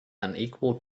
unequal